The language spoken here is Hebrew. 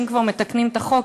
אם כבר מתקנים את החוק,